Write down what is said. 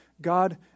God